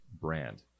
brand